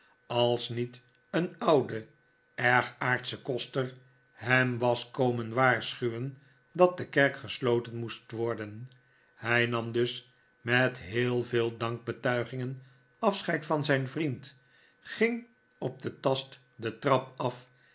als niet een oude erg aardsche koster hem was komen waarschuwen dat de kerk gesloten moest worden hij nam dus met heel veel dankbetuigingen afscheid van zijn vriend ging op den tast de trap af